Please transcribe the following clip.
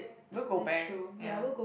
we'll go back ya